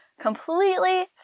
completely